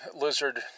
lizard